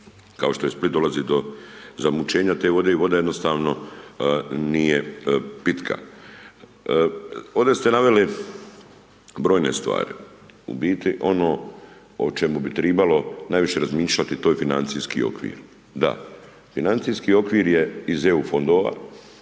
kao što je Split, dolazi do zamućena te vode i voda jednostavno nije pitka. Ovdje ste naveli brojne stvari. U biti ono o čemu bi trebalo najviše razmišljati, to je financijski okvir. Da, financijski okvir je iz EU fondova,